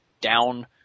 down